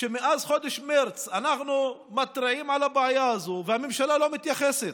שמאז חודש מרץ אנחנו מתריעים על הבעיה הזאת והממשלה לא מתייחסת?